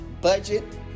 budget